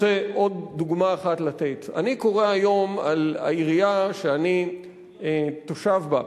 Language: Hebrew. רוצה עוד דוגמה אחת לתת: אני קורא היום על העירייה שאני תושב בה,